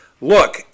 Look